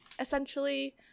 essentially